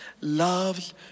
loves